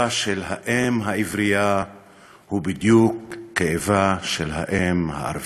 של האם העברייה הוא בדיוק כאבה של האם הערבייה.